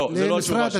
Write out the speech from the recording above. לא, זו לא התשובה שלי.